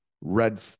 red